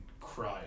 cry